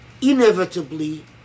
inevitably